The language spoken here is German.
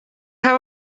habe